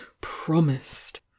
promised